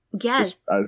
Yes